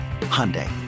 Hyundai